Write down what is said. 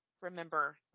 remember